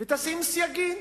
ותשים סייגים.